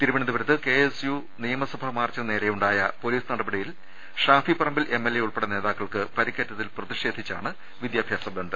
തിരുവനന്തപുരത്ത് കെഎസ്യു നിയമസഭാ മാർച്ചിന് നേരെയുണ്ടായ പൊലീസ് നടപടിയിൽ ഷാഫി പറമ്പിൽ എംഎൽഎ ഉൾപ്പെടെ നേതാക്കൾക്ക് പരിക്കേറ്റതിൽ പ്രതിഷേധിച്ചാണ് വിദ്യാ ഭ്യാസ ബന്ദ്